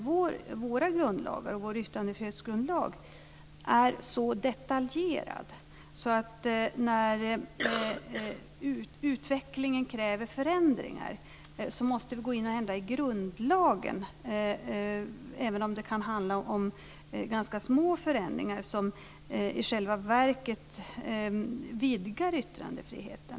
Våra grundlagar, och vår yttrandefrihetsgrundlag, är så detaljerade att när utvecklingen kräver förändringar måste grundlagen förändras, även om det kan handla om små förändringar som i själva verket vidgar yttrandefriheten.